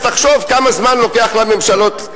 אז תחשוב כמה זמן לוקח לממשלות,